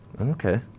Okay